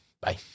Bye